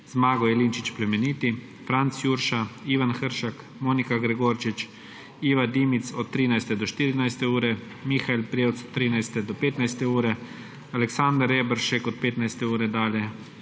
Zmago Jelinčič Plemeniti, Franc Jurša, Ivan Hršak, Monika Gregorčič, Iva Dimic od 13 do 14. ure, Mihael Prevc od 13. do 15. ure, Aleksander Reberšek od 15. ure dalje,